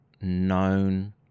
known